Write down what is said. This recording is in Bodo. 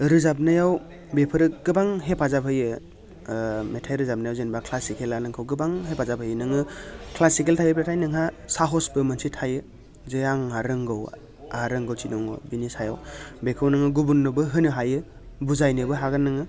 रोजाबनायाव बेफोरो गोबां हेफाजाब होयो ओ मेथाइ रोजाबनायाव जेनोबा क्लासिकेला नोंखौ गोबां हेफाजाब होयो नोङो क्लासिकेल थायोब्लाथाय नोंहा साहसबो मोनसे थायो जे आंहा रोंगौ आहा रोंगौथि दङ बिनि सायाव बेखौ नोङो गुबुननोबो होनो हायो बुजायनोबो हागोन नोङो